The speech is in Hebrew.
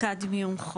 קדמיום (Cd),